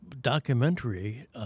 documentary